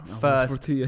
first